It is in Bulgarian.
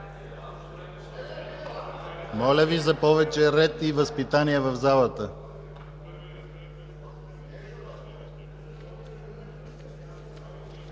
Моля, за повече ред и възпитание в залата!